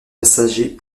passagers